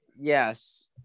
Yes